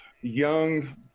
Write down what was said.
young